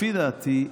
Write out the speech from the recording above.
לפי דעתי,